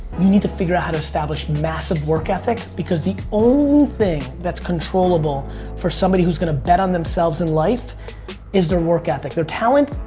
you need to figure out establish massive work ethic because the only thing that's controllable for somebody who's gonna bet on themselves in life is their work ethic. their talent,